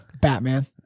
Batman